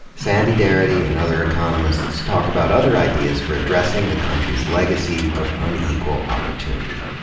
sandy darity and other economists talk about other ideas for addressing the country's legacy of unequal opportunity.